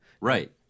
Right